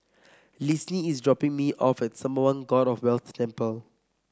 Linsey is dropping me off at Sembawang God of Wealth Temple